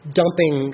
dumping